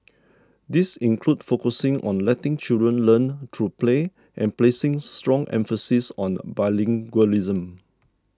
these include focusing on letting children learn through play and placing strong emphasis on bilingualism